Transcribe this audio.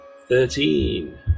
Thirteen